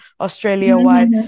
Australia-wide